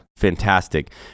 fantastic